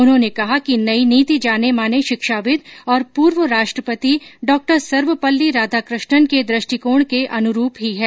उन्होंने कहा कि नई नीति जाने माने शिक्षाविद और पूर्व राष्ट्रपति डॉक्टर सर्वपल्ली राधाकृष्णन के दृष्टिकोण के अनुरूप ही है